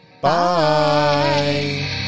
Bye